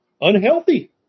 unhealthy